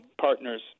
partners